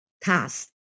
task